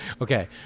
Okay